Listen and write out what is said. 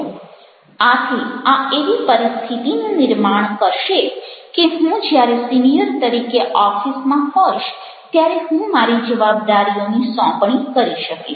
આથી આ એવી પરિસ્થિતિનું નિર્માણ કરશે કે હું જ્યારે સિનિયર તરીકે ઓફિસમાં હોઈશ ત્યારે હું મારી જવાબદારીઓની સોંપણી કરી શકીશ